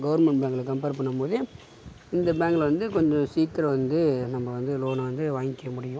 government பேங்கில் compare பண்ணம் போது இந்த பேங்கில் வந்து கொஞ்சம் சீக்கிரம் வந்து நம்ம வந்து லோன் வந்து வாங்கிக்க முடியும்